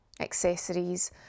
accessories